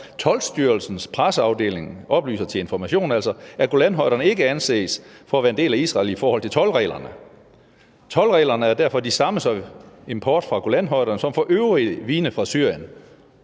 Toldstyrelsens presseafdeling oplyser – til Information altså – »at Golanhøjderne ikke anses for at være en del af Israel i forhold til toldreglerne«. Toldreglerne er derfor de samme for import fra Golanhøjderne som for øvrige vine fra Syrien.